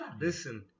Listen